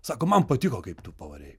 sako man patiko kaip tu pavarei